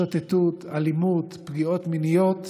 פגיעות מיניות,